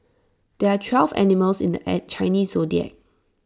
there are twelve animals in the Chinese Zodiac